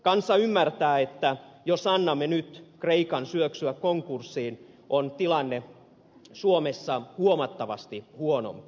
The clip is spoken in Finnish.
kansa ymmärtää että jos annamme nyt kreikan syöksyä konkurssiin on tilanne suomessa huomattavasti huonompi